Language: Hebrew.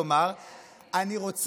עד שהייתי.